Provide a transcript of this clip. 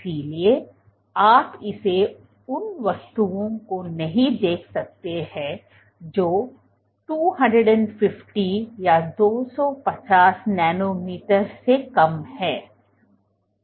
इसलिए आप इसे उन वस्तुओं को नहीं देख सकते हैं जो 250 नैनोमीटर से कम हैं